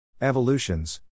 evolutions